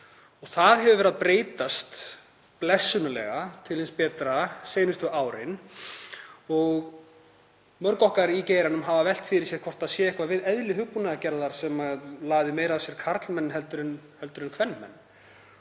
Það hefur verið að breytast blessunarlega til hins betra seinustu árin og mörg okkar í geiranum hafa velt fyrir sér hvort það sé eitthvað við eðli hugbúnaðargerðar sem laðar meira að sér karlmenn en kvenmenn.